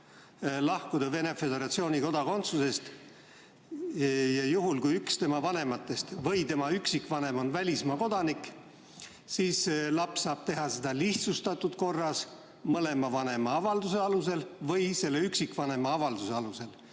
lahkuda Venemaa Föderatsiooni kodakondsusest ja juhul kui üks tema vanematest või tema üksikvanem on välismaa kodanik, siis laps saab teha seda lihtsustatud korras, mõlema vanema avalduse alusel või selle üksikvanema avalduse alusel.